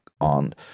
on